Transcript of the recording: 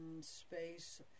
space